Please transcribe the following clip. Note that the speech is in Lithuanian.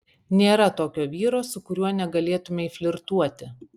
nėra tokio vyro su kuriuo negalėtumei flirtuoti